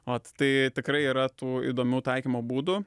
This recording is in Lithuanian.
vat tai tikrai yra tų įdomių taikymo būdų